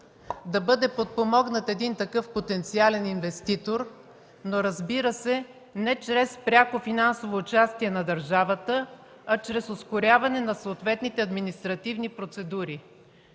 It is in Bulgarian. да бъде подпомогнат такъв потенциален инвеститор, но, разбира се, не чрез пряко финансово участие на държавата, а чрез ускоряване на съответните административни процедури.